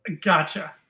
Gotcha